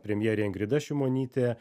premjerė ingrida šimonytė